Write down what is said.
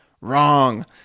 Wrong